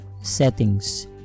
settings